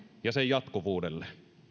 ja sen jatkuvuudelle